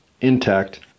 intact